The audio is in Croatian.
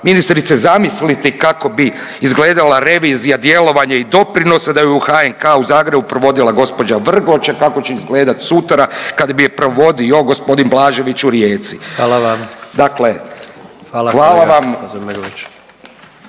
Ministrice, zamislite kako bi izgledala revizija djelovanja i doprinosa da ju je u HNK u Zagrebu provodila g. Vrgoč, a kako će izgledati sutra kad bi je provodio g. Blažević u Rijeci. .../Upadica: Hvala vam./... Dakle, hvala vam.